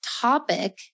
topic